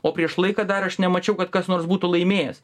o prieš laiką dar aš nemačiau kad kas nors būtų laimėjęs